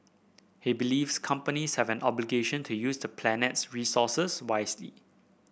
he believes companies have an obligation to use the planet's resources wisely